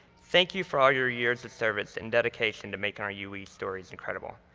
thank you for all your years of service and dedication to making our ue stories incredible.